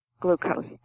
glucose